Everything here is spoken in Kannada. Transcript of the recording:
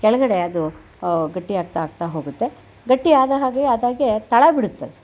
ಕೆಳಗಡೆ ಅದು ಗಟ್ಟಿ ಆಗುತ್ತಾ ಆಗುತ್ತಾ ಹೋಗುತ್ತೆ ಗಟ್ಟಿ ಆದ ಹಾಗೆ ಆದಾಗೆ ತಳ ಬಿಡುತ್ತೆ ಅದು